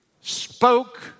spoke